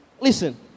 listen